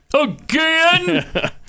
Again